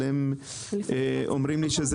אבל הם אומרים לי,